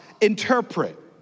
interpret